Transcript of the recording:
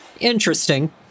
Interesting